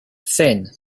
thin